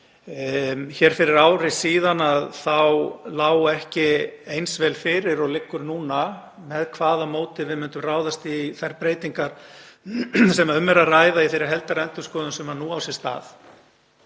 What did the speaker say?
að fyrir ári síðan þá lá ekki eins vel fyrir og liggur núna með hvaða móti við myndum ráðast í þær breytingar sem um er að ræða í þeirri heildarendurskoðun sem nú á sér stað.